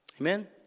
Amen